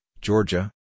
Georgia